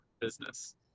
business